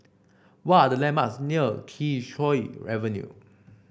what are the landmarks near Kee Choe Avenue